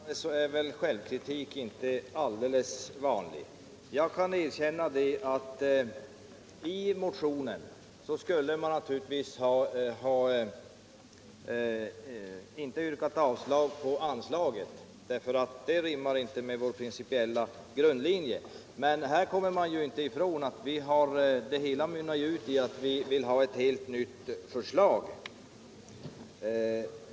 Herr talman! Här i kammaren är väl inte självkritik så vanlig. Jag kan erkänna att vi i motionen inte borde ha yrkat på avslag på anslaget - det rimmar inte med vår principiella linje. Men man kommer inte ifrån att motionen ändå mynnar ut i att vi vill ha ett helt nytt förslag.